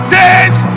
days